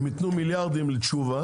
הם ייתנו מיליארדים לתשובה,